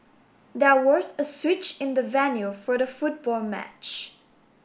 there was a switch in the venue for the football match